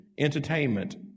entertainment